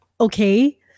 Okay